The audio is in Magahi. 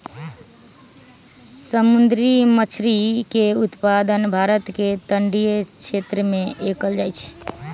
समुंदरी मछरी के उत्पादन भारत के तटीय क्षेत्रमें कएल जाइ छइ